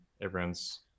Everyone's